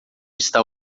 está